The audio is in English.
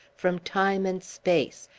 from time and space,